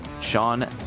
Sean